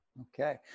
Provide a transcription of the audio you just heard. okay